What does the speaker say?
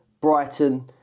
Brighton